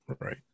Right